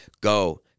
Go